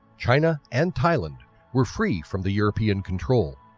china and thailand were free from the european control.